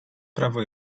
prawo